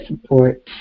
support